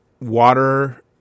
water